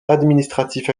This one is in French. administratif